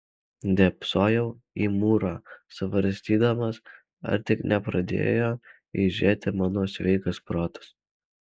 dėbsojau į mūrą svarstydamas ar tik nepradėjo eižėti mano sveikas protas